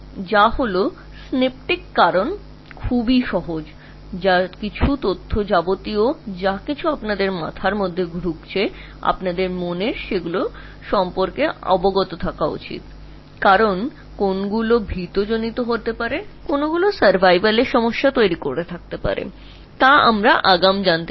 সাধারণ কারণ হল যে এই সমস্ত তথ্য এবং জিনিস যা তোমার মাথায় চলছে তা তোমার মনের তা জেনে রাখা উচিত কারণ সর্বাধিক জিনিস কী হবে কী আশঙ্কা এনে দেবে আমাদের বেঁচে থাকার সমস্যা কী হবে তা সত্যিই এই মুহুর্তে আমরা জানি না